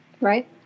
Right